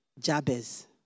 Jabez